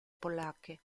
polacche